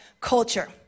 culture